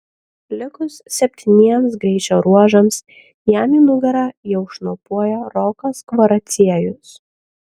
likus septyniems greičio ruožams jam į nugarą jau šnopuoja rokas kvaraciejus